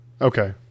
Okay